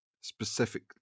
specific